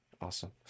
awesome